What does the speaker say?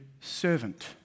servant